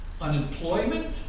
unemployment